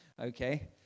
okay